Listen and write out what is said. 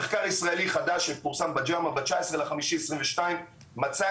מחקר ישראלי חדש שפורסם ב-JAMA ב-19 במאי 2022 מצא,